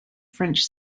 french